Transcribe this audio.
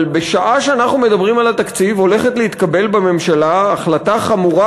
אבל בשעה שאנחנו מדברים על התקציב הולכת להתקבל בממשלה החלטה חמורה